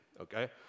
Okay